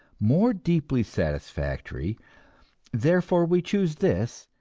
more deeply satisfactory therefore, we choose this,